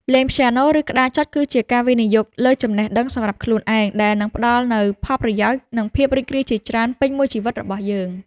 លេងព្យ៉ាណូ ឬក្តារចុចគឺជាការវិនិយោគលើចំណេះដឹងសម្រាប់ខ្លួនឯងដែលនឹងផ្ដល់នូវផលប្រយោជន៍ និងភាពរីករាយជាច្រើនពេញមួយជីវិតរបស់យើង។